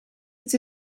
het